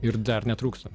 ir dar netrūksta